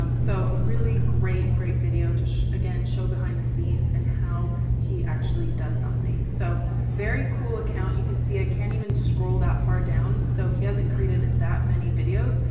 um so, a really great, great video to again, show behind the scenes and how he actually does something, so very cool account. you can see i can't even scroll that far down. so he hasn't created that many videos,